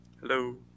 Hello